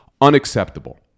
Unacceptable